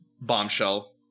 bombshell